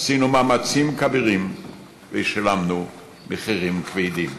עשינו מאמצים כבירים ושילמנו מחירים כבדים.